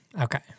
Okay